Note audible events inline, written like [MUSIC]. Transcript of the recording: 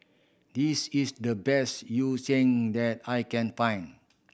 this is the best yu [UNINTELLIGIBLE] that I can find